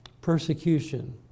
Persecution